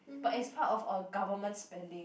but it's part of our government's spending